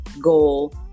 goal